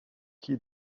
qui